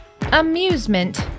amusement